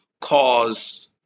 cause